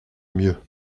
mieux